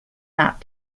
not